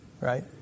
Right